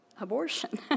abortion